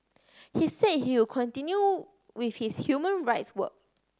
he say he would continue with his human rights work